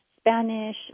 Spanish